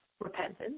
repentance